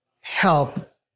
help